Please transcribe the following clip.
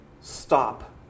stop